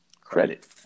Credit